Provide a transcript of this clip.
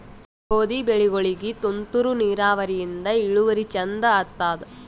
ಗೋಧಿ ಬೆಳಿಗೋಳಿಗಿ ತುಂತೂರು ನಿರಾವರಿಯಿಂದ ಇಳುವರಿ ಚಂದ ಆತ್ತಾದ?